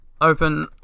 Open